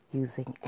using